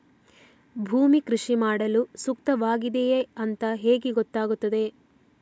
ಭೂಮಿ ಕೃಷಿ ಮಾಡಲು ಸೂಕ್ತವಾಗಿದೆಯಾ ಅಂತ ಹೇಗೆ ಗೊತ್ತಾಗುತ್ತದೆ?